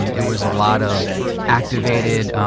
and it was a lot of activated,